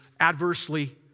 adversely